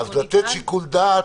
לתת שיקול דעת.